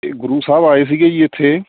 ਇਹ ਗੁਰੂ ਸਾਹਿਬ ਜੀ ਆਏ ਸੀਗੇ ਜੀ ਇੱਥੇ